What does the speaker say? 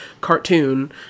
cartoon